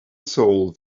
soul